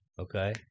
Okay